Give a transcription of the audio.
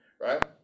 right